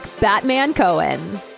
Batman-Cohen